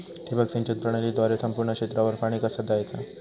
ठिबक सिंचन प्रणालीद्वारे संपूर्ण क्षेत्रावर पाणी कसा दयाचा?